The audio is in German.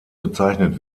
bezeichnet